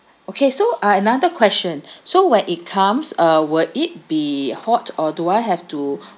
okay so uh another question so when it comes uh will it be hot or do I have to